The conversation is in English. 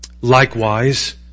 Likewise